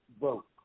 vote